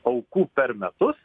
aukų per metus